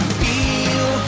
feel